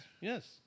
Yes